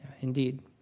Indeed